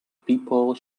people